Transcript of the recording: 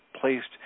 placed